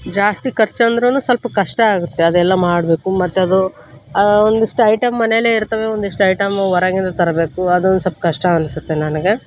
ಜಾಸ್ತಿ ಖರ್ಚು ಅಂದ್ರೂನು ಸ್ವಲ್ಪ ಕಷ್ಟ ಆಗುತ್ತೆ ಅದೆಲ್ಲ ಮಾಡಬೇಕು ಮತ್ತು ಅದು ಆ ಒಂದಿಷ್ಟು ಐಟಮ್ ಮನೆಯಲ್ಲೇ ಇರ್ತವೆ ಒಂದಿಷ್ಟು ಐಟಮು ಹೊರಗಿಂದ ತರಬೇಕು ಅದೊಂದು ಸ್ವಲ್ಪ ಕಷ್ಟ ಅನಿಸುತ್ತೆ ನನಗೆ